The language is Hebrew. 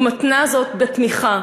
ומתנה זאת בתמיכה,